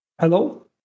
Hello